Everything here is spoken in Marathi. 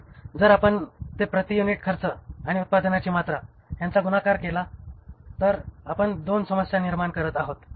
तर जर आपण ते प्रति युनिट खर्च आणि उत्पादनाची मात्रा यांचा गुणाकार करत नसाल तर आपण दोन समस्या निर्माण करीत आहात